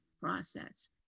process